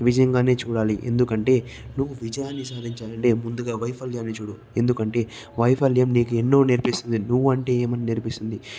చూడాలి ఎందుకంటే నువ్వు విజయాన్ని సాధించాలంటే ముందుగా వైఫల్యాన్ని చూడు ఎందుకంటే వైఫల్యం నీకు ఎన్నో నేర్పిస్తుంది నువ్వంటే ఏంటో నేర్పిస్తుంది